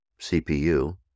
CPU